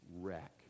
wreck